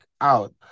out